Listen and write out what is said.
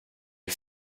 you